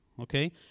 okay